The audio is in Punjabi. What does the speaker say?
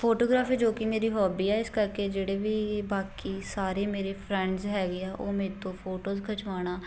ਫੋਟੋਗ੍ਰਾਫੀ ਜੋ ਕਿ ਮੇਰੀ ਹੋਬੀ ਆ ਇਸ ਕਰਕੇ ਜਿਹੜੇ ਵੀ ਬਾਕੀ ਸਾਰੇ ਮੇਰੇ ਫਰੈਂਡਸ ਹੈਗੇ ਆ ਉਹ ਮੇਰੇ ਤੋਂ ਫੋਟੋਜ਼ ਖਿਚਵਾਉਣਾ